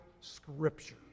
Scripture